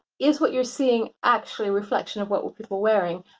is what you're seeing actually reflection of what were people wearing?